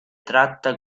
tratta